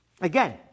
again